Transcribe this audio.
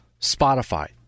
Spotify